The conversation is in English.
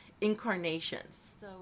incarnations